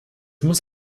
muss